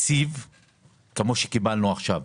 ותקציב כמו שקיבלנו עכשיו.